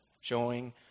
Showing